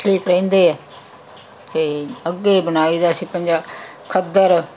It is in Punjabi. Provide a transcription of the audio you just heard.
ਠੀਕ ਰਹਿੰਦੇ ਅਤੇ ਅੱਗੇ ਬੁਣਾਈ ਦਾ ਸ਼ਿਕੰਜਾ ਖੱਦਰ